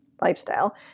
lifestyle